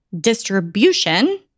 distribution